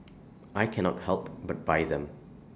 I cannot help but buy them